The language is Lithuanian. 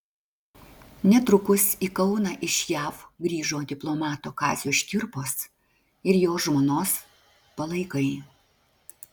netrukus į kauną iš jav grįžo diplomato kazio škirpos ir jo žmonos palaikai